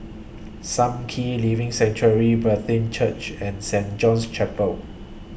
SAM Kee Living Sanctuary Brethren Church and Saint John's Chapel